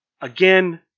Again